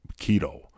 keto